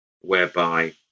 whereby